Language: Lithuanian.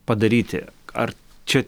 padaryti ar čia